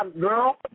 Girl